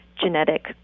genetic